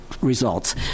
results